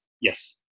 yes